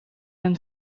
een